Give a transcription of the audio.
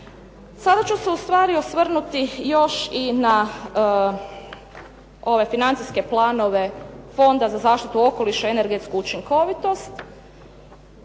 Sada ću se ustvari osvrnuti još i na ove financijske planove Fonda za zaštitu okoliša i energetsku učinkovitost